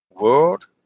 World